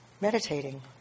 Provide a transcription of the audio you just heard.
meditating